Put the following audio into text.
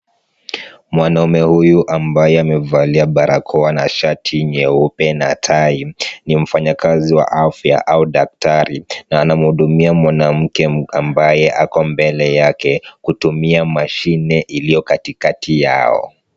Mwanaume huyu ambaye amevalia barakoa na shati nyeupe na tai ni mfanyikazi wa afya au daktari, na anamhudumia mwanamke ambaye ako mbele yake, kutumia mashine iliyo katikati yao.